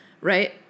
right